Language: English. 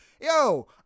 yo